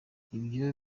ibyo